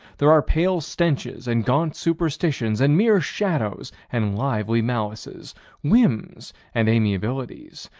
there are pale stenches and gaunt superstitions and mere shadows and lively malices whims and amiabilities.